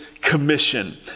commission